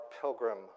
pilgrim